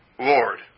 Lord